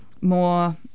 more